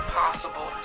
possible